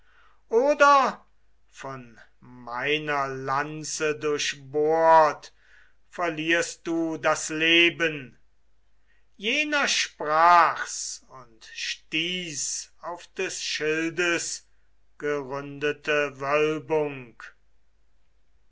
oder von meiner lanze durchbohrt verlierst du das leben jener sprach's und stieß auf des schildes geründete wölbung